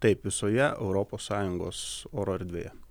taip visoje europos sąjungos oro erdvėje